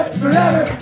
forever